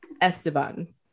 esteban